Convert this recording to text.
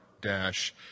dash